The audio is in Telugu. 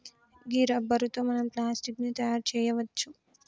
గీ రబ్బరు తో మనం ప్లాస్టిక్ ని తయారు చేయవచ్చు